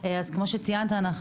כמו שציינת,